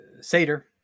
Seder